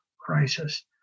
crisis